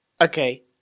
Okay